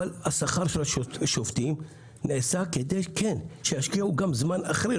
אבל השכר של השופטים נעשה כדי שישקיעו גם זמן אחרי,